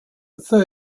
happen